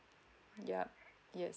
yeuh yes